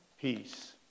peace